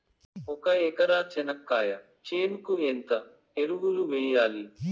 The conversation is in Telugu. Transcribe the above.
ఒక ఎకరా చెనక్కాయ చేనుకు ఎంత ఎరువులు వెయ్యాలి?